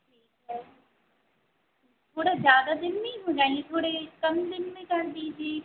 ठीक है थोड़ा ज़्यादा दिन नहीं हो जाएँगे थोड़े कम दिन में कर दीजिए